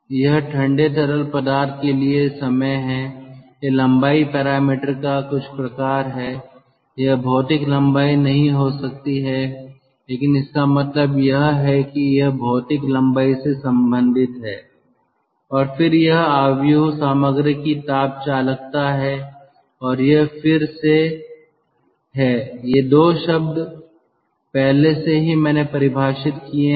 यह ठंडे तरल पदार्थ के लिए समय है यह लंबाई पैरामीटर का कुछ प्रकार है यह भौतिक लंबाई नहीं हो सकती है लेकिन इसका मतलब यह है कि यह भौतिक लंबाई से संबंधित है और फिर यह मैट्रिक्स सामग्री की ताप चालकता है और ये फिर से हैं ये 2 शब्द पहले से ही मैंने परिभाषित किए है